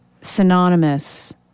synonymous